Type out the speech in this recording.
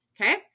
Okay